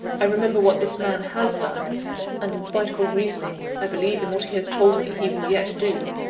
i remember what this man has done and in spite of all reasoning, i believe in what he has told me he will yet do.